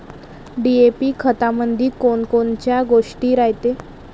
DAP खतामंदी कोनकोनच्या गोष्टी रायते?